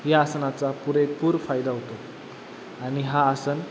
या आसनाचा पुरेपूर फायदा होतो आणि हा आसन